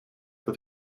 dat